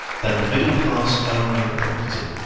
than the middle-class owner of property.